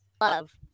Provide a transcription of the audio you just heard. love